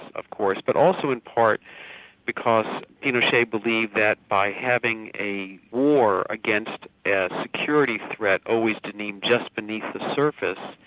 of course, but also in part because pinochet believed that by having a war against and a security threat, always deemed just beneath the surface,